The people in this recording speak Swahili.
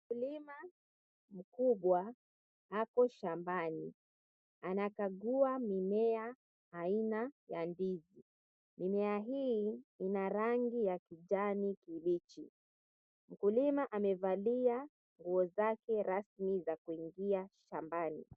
Mkulima mkubwa apo shambani. Anakagua mimea aina ya ndizi. Mimea hii ina rangi ya kijani kibichi. Mkulima amevalia nguo zake rasmi za kuingia shambani.